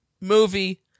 movie